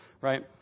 right